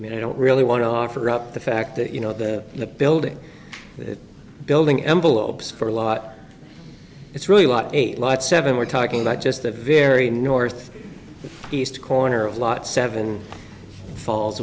i mean i don't really want to offer up the fact that you know the building the building envelopes for a lot it's really a lot a lot seven we're talking about just a very north east corner of lot seven falls